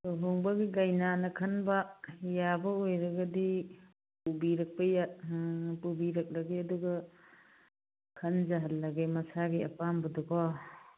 ꯂꯨꯍꯣꯡꯕꯒꯤ ꯀꯩꯅꯥꯅ ꯈꯟꯕ ꯌꯥꯕ ꯑꯣꯏꯔꯒꯗꯤ ꯄꯨꯔꯛꯄ ꯌꯥ ꯄꯨꯕꯤꯔꯛꯂꯒꯦ ꯑꯗꯨꯒ ꯈꯟꯖꯍꯜꯂꯒꯦ ꯃꯁꯥꯒꯤ ꯑꯄꯥꯝꯕꯗꯣꯀꯣ